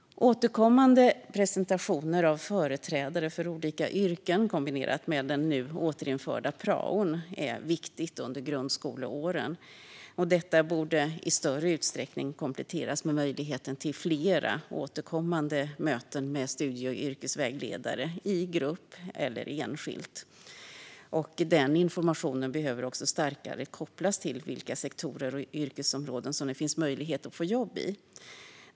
Återkommande presentationer av företrädare för olika yrken kombinerat med den nu återinförda praon är viktigt under grundskoleåren. Detta borde i större utsträckning kompletteras med möjligheten till fler återkommande möten med studie och yrkesvägledare i grupp eller enskilt. Den informationen behöver också starkare kopplas till vilka sektorer och yrkesområden det finns möjligheter att få jobb i.